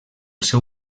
seu